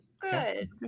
Good